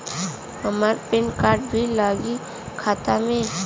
हमार PAN card भी लगी खाता में?